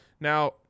Now